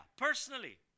personally